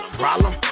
problem